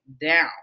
down